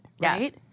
right